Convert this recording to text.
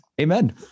Amen